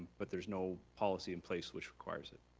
but there's no policy in place which requires it.